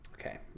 Okay